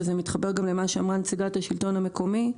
וזה מתחבר גם אל מה שאמרה נציגת השלטון המקומי,